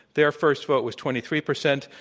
their first vote was twenty three percent,